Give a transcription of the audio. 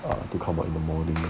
a to come out in the morning